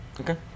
Okay